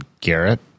Garrett